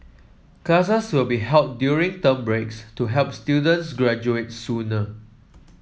classes will be held during term breaks to help students graduate sooner